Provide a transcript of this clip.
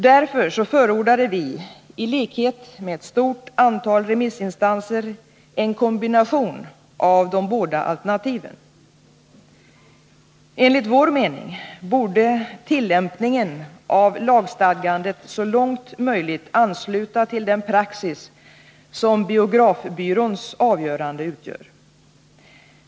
Därför förordade vi i likhet med ett stort antal remissinstanser en kombination av de båda alternativen. Enligt vår mening borde tillämpningen av lagstadgandet så långt möjligt ansluta till den praxis som biografbyråns avgöranden utgör.